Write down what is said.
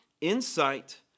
Insight